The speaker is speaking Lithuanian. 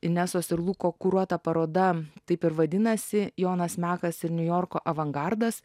inesos ir luko kuruota paroda taip ir vadinasi jonas mekas ir niujorko avangardas